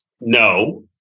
no